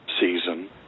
season